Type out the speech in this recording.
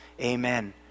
amen